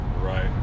Right